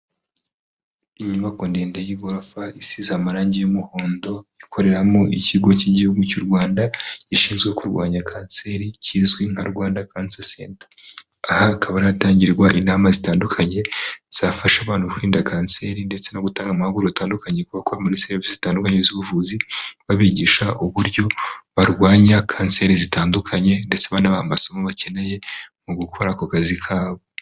Inyubako ndende y'igorofa isize amarangi y'umuhondo, ikoreramo ikigo k'igihugu cy'u Rwanda gishinzwe kurwanya kanseri kizwi nka Rwanda Cancer Center. Aha hakaba ari ahatangirwa inama zitandukanye zafasha abantu kwirinda kanseri ndetse no gutanga amahugurwa atandukanye ku bakora muri serivisi zitandukanye z'ubuvuzi, babigisha uburyo barwanya kanseri zitandukanye, ndetse banabaha amasomo bakeneye mu gukora ako kazi kabo.